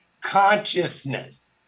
Consciousness